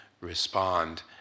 respond